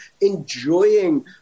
enjoying